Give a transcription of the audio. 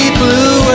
blue